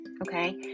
Okay